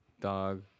Dog